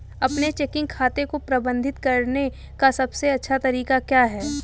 अपने चेकिंग खाते को प्रबंधित करने का सबसे अच्छा तरीका क्या है?